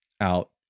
out